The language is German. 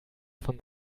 von